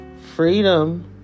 freedom